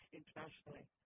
internationally